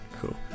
cool